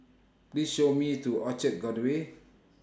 Please Show Me to Orchard Gateway